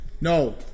no